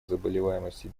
заболеваемости